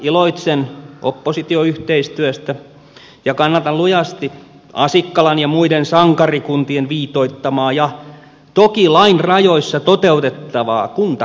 iloitsen oppositioyhteistyöstä ja kannatan lujasti asikkalan ja muiden sankarikuntien viitoittamaa ja toki lain rajoissa toteutettavaa kuntakapinaa